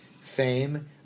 fame